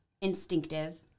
instinctive